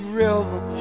river